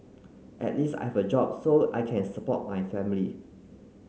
at least I have a job so I can support my family